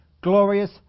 glorious